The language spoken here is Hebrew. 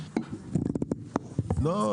--- לא.